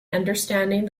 understanding